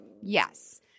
Yes